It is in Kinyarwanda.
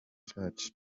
church